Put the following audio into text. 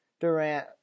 Durant